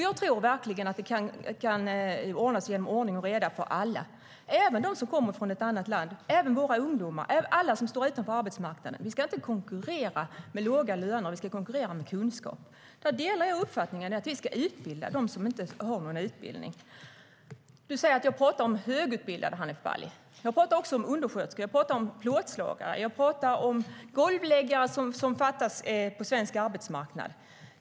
Jag tror verkligen att det kan ordnas genom ordning och reda för alla. Det gäller även dem som kommer från ett annat land, även våra ungdomar och alla som står utanför arbetsmarknaden. Vi ska inte konkurrera med låga löner. Vi ska konkurrera med kunskap. Jag delar uppfattningen att vi ska utbilda dem som inte har någon utbildning. Du säger att jag talar om högutbildade, Hanif Bali. Jag talar också om undersköterskor, plåtslagare och golvläggare som fattas på svensk arbetsmarknad.